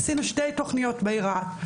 עשינו שתי תכניות בעיר רהט,